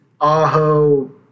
Aho